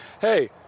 hey